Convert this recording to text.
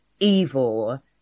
evil